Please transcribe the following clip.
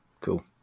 cool